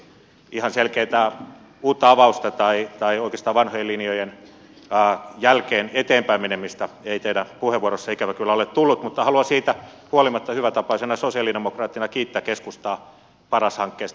ihan selkeätä uutta avausta tai oikeastaan vanhojen linjojen jälkeen eteenpäin menemistä ei teidän puheenvuoroissanne ikävä kyllä ole tullut mutta haluan siitä huolimatta hyvätapaisena sosialidemokraattina kiittää keskustaa paras hankkeesta